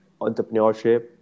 entrepreneurship